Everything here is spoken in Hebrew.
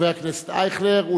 חבר הכנסת אייכלר,